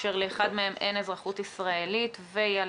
אשר לאחד מהם אין אזרחות ישראלית וילדיהם.